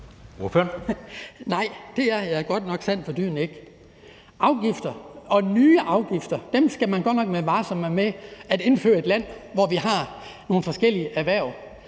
Nej, det er jeg sandt for dyden ikke. Afgifter, især nye afgifter, skal man godt nok være varsom med at indføre i et land, hvor vi har nogle forskellige erhverv.